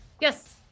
Yes